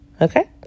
Okay